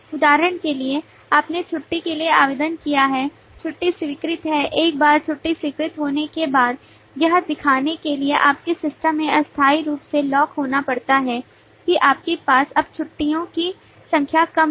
उदाहरण के लिए आपने छुट्टी के लिए आवेदन किया है छुट्टी स्वीकृत है एक बार छुट्टी स्वीकृत होने के बाद यह दिखाने के लिए आपके सिस्टम में अस्थायी रूप से लॉक होना पड़ता है कि आपके पास अब छुट्टियो की संख्या कम है